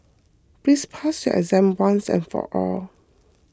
please pass your exam once and for all